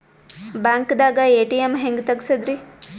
ಬ್ಯಾಂಕ್ದಾಗ ಎ.ಟಿ.ಎಂ ಹೆಂಗ್ ತಗಸದ್ರಿ?